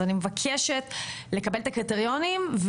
אז אני מבקשת לקבל את הקריטריונים,